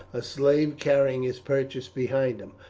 a slave carrying his purchases behind him.